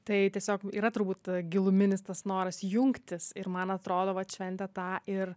tai tiesiog yra turbūt giluminis tas noras jungtis ir man atrodo kad vat šventė tą ir